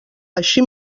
així